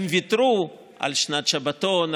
הם ויתרו על שנת שבתון,